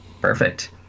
Perfect